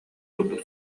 курдук